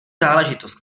záležitost